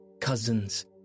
cousins